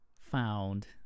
found